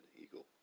Eagle